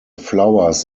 flowers